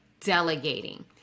delegating